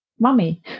mummy